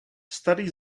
starý